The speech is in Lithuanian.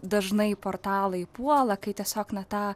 dažnai portalai puola kai tiesiog na tą